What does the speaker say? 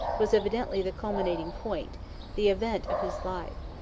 was evidently the culminating point the event of his life.